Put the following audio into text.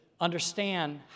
Understand